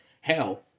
hell